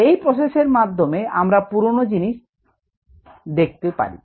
এই প্রসেসের মাধ্যমে আমরা পুরনো জিনিস আরেকবার দেখতে পারি